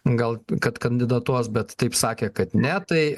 gal kad kandidatuos bet taip sakė kad ne tai